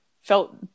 felt